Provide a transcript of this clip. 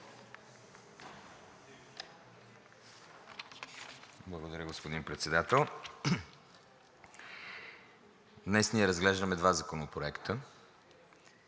Благодаря, господин Председател. Днес ние разглеждаме два законопроекта